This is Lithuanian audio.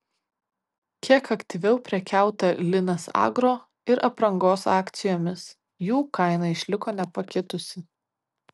kiek aktyviau prekiauta linas agro ir aprangos akcijomis jų kaina išliko nepakitusi